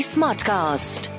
Smartcast